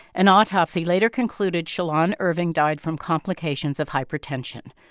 an autopsy later concluded shalon irving died from complications of hypertension.